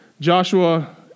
Joshua